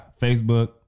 facebook